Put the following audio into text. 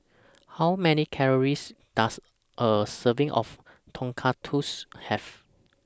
How Many Calories Does A Serving of Tonkatsu Have